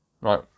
right